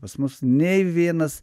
pas mus nei vienas